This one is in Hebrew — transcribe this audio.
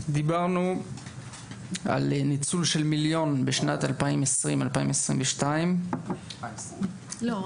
דיברנו על ניצול של מיליון בשנת 2020-2022. לא,